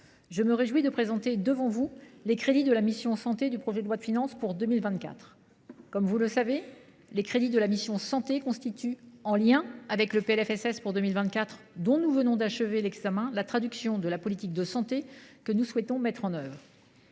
je me réjouis de présenter devant vous les crédits de la mission « Santé » du projet de loi de finances pour 2024. Comme vous le savez, ces crédits, en lien avec le PLFSS pour 2024, dont nous venons d’achever l’examen, sont la traduction de la politique de santé que nous souhaitons mettre en œuvre.